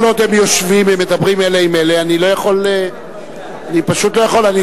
כל עוד הם יושבים ומדברים אלה עם אלה אני פשוט לא יכול.